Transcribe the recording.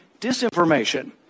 disinformation